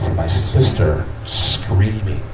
my sister, screaming.